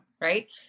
right